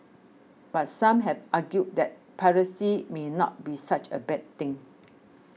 but some have argued that piracy may not be such a bad thing